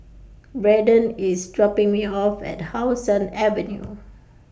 Braydon IS dropping Me off At How Sun Avenue